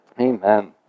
Amen